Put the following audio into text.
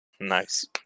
Nice